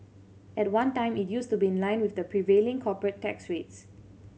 at one time it used to be in line with the prevailing corporate tax rates